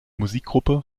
musikgruppe